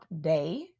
Day